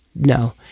No